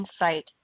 insight